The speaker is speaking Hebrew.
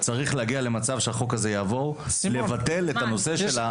צריך להגיע למצב שהחוק הזה יעבור ולבטל את הנושא של הענישה הגורפת.